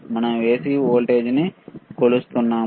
మనం AC voltage కొలుస్తున్నాము